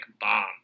bomb